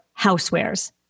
housewares